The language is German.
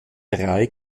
drei